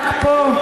רק פה.